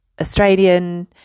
Australian